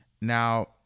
Now